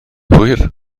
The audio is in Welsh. hwyr